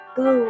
go